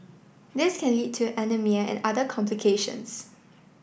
this can lead to anaemia and other complications